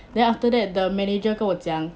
then after that the manager 跟我讲